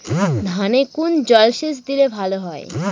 ধানে কোন জলসেচ দিলে ভাল হয়?